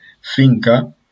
finca